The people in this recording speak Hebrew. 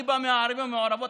אני בא מהערים המעורבות,